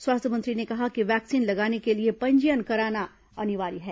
स्वास्थ्य मंत्री ने कहा कि वैक्सीन लगाने के लिए पंजीयन कराना अनिवार्य है